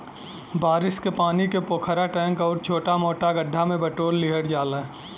बारिश के पानी के पोखरा, टैंक आउर छोटा मोटा गढ्ढा में बटोर लिहल जाला